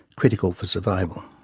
critical for survival.